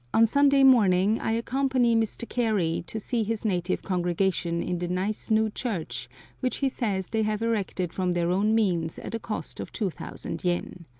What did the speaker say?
on sunday morning i accompany mr. carey to see his native congregation in the nice new church which he says they have erected from their own means at a cost of two thousand yen.